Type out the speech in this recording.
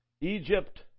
Egypt